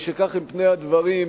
משכך הם פני הדברים,